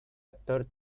actor